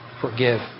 forgive